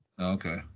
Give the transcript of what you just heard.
Okay